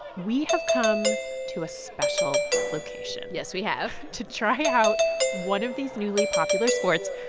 we have come to a special location. yes, we have. to try out one of these newly popular sports.